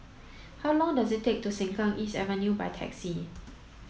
how long does it take to Sengkang East Avenue by taxi